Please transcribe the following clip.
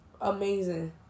Amazing